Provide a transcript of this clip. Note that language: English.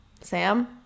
Sam